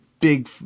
Big